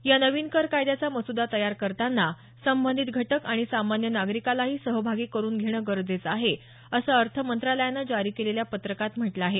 या नवीन कर कायद्याचा मसुदा तयार करताना संबंधित घटक आणि सामान्य नागरिकालाही सहभागी करुन घेणं गरजेचं आहे असं अर्थ मंत्रालयानं जारी केलेल्या पत्रकात म्हटलं आहे